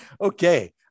Okay